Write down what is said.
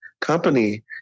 company